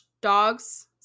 dogs-